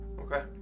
Okay